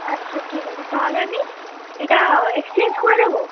আচ্ছা ঠিক আছে তাহলে আমি এটা এক্সচেঞ্জ করে দেবো